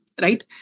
Right